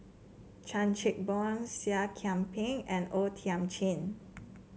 Chan Chin Bock Seah Kian Peng and O Thiam Chin